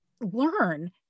learn